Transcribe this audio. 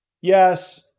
Yes